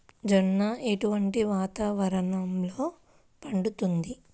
జొన్న ఎటువంటి వాతావరణంలో పండుతుంది?